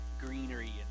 greenery